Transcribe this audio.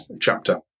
chapter